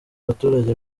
baturage